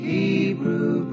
Hebrew